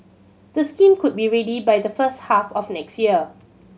the scheme could be ready by the first half of next year